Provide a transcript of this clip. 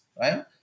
right